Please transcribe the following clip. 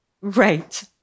Right